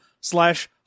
slash